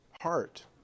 heart